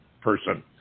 person